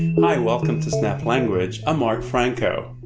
hi! welcome to snap language i'm marc franco.